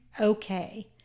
okay